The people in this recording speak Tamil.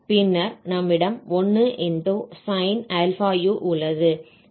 பின்னர் நம்மிடம் 1× sin αu உள்ளது